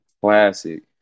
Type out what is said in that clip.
classic